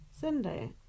Sunday